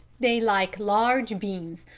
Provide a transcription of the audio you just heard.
they like large beans,